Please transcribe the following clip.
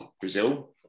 Brazil